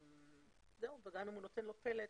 גם אם הוא נותן לו פלט,